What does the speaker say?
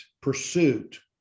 pursuit